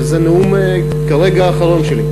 וזה כרגע הנאום האחרון שלי.